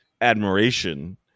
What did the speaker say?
admiration